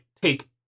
take